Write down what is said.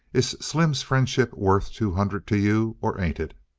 is slim's friendship worth two hundred to you, or ain't it?